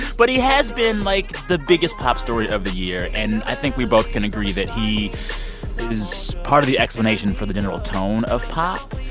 but he has been, like, the biggest pop story of the year. and i think we both can agree that he is part of the explanation for the general tone of pop.